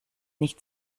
nicht